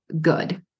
good